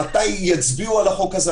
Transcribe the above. מתי יצביעו על החוק הזה,